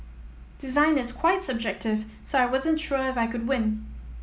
design is quite subjective so I wasn't sure if I could win